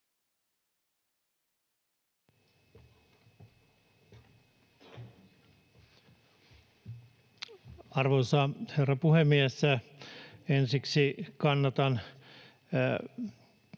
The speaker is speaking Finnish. Arvoisa herra puhemies! Ensiksi kannatan